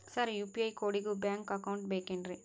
Sir UPI ಕೋಡಿಗೂ bank account ಬೇಕೆನ್ರಿ?